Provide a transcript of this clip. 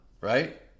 right